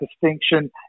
distinction